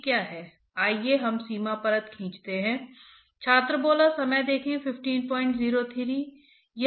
तो ध्यान दें कि पाठ्यक्रम का उद्देश्य इन विभिन्न हीट और मास्स ट्रांसपोर्ट प्रक्रियाओं को मापना है